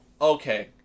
okay